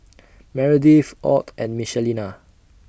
Meredith Ott and Michelina